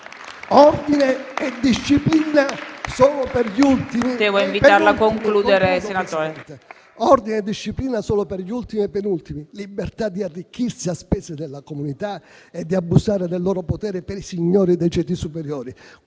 Ordine e disciplina solo per gli ultimi e i penultimi; libertà di arricchirsi a spese della comunità e di abusare del loro potere per i signori dei ceti superiori.